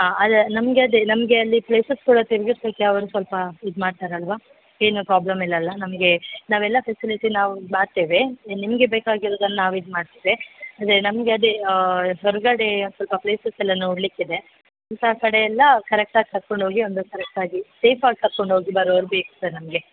ಹಾಂ ಅಲ್ಲ ನಮಗೆ ಅದೇ ನಮಗೆ ಅಲ್ಲಿ ಪ್ಲೇಸಸ್ ಪೂರ ತಿರುಗ್ಸೋಕ್ಕೆ ಅವರು ಸ್ವಲ್ಪ ಇದು ಮಾಡ್ತಾರಲ್ವ ಏನು ಪ್ರಾಬ್ಲಮ್ ಇಲ್ಲ ಅಲ್ಲ ನಮಗೆ ನಾವೆಲ್ಲ ಫೆಸಿಲಿಟಿ ನಾವು ಮಾಡ್ತೇವೆ ನಿಮಗೆ ಬೇಕಾಗಿರೋದ್ನ ನಾವು ಇದು ಮಾಡ್ತೇವೆ ಅದೇ ನಮಗೆ ಅದೇ ಹೊರಗಡೆ ಸ್ವಲ್ಪ ಪ್ಲೇಸಸ್ ಎಲ್ಲ ನೋಡ್ಲಿಕ್ಕೆ ಇದೆ ಇಂಥ ಕಡೆಯಲ್ಲ ಕರೆಕ್ಟ್ ಆಗಿ ಕರ್ಕೊಂಡು ಹೋಗಿ ಒಂದು ಕರೆಕ್ಟ್ ಆಗಿ ಸೇಫ್ ಆಗಿ ಕರ್ಕೊಂಡು ಹೋಗಿ ಬರೋರು ಬೇಕು ಸರ್ ನಮಗೆ